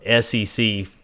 sec